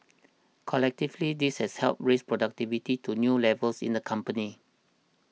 collectively this has helped raise productivity to new levels in the company